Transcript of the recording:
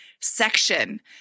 section